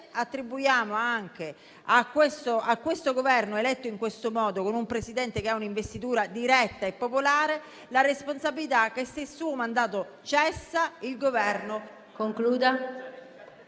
attribuiamo anche al Governo eletto in questo modo, con un Presidente che ha un'investitura diretta e popolare, la responsabilità che, se il suo mandato cessa, il Governo...